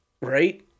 Right